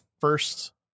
first